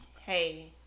Hey